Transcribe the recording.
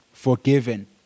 forgiven